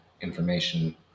information